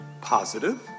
positive